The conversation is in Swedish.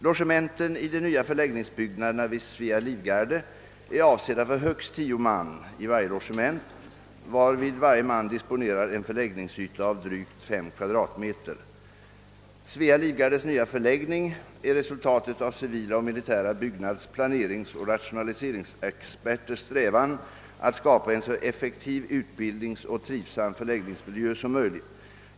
Logementen i de nya förläggningsbyggnaderna vid Svea livgarde är avsedda för högst 10 man i varje logement, varvid varje man disponerar en förläggningsyta av drygt 5 kvadratmeter. Svea livgardes nya förläggning är resultatet av civila och militära byggnads-, planeringsoch rationaliseringsexperters strävan att skapa en så effektiv utbildningsoch en så trivsam förläggningsmiljö som möjligt.